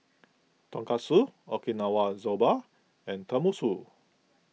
Tonkatsu Okinawa Soba and Tenmusu